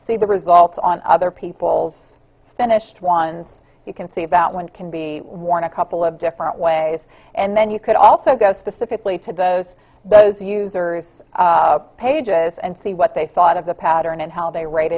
see the results on other people's finished ones you can see about what can be worn a couple of different ways and then you could also go specifically to those those users pages and see what they thought of the pattern and how they rate